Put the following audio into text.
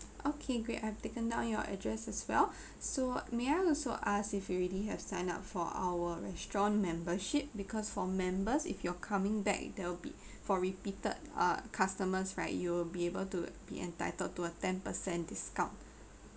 okay great I've taken down your address as well so may I also ask if you already have sign up for our restaurant membership because for members if you are coming back there will be for repeated uh customers right you will be able to be entitled to a ten percent discount